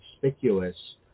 conspicuous